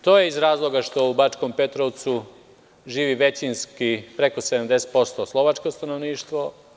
To je iz razloga što u Bačkom Petrovcu živi većinski, preko 70%, slovačko stanovništvo.